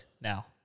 now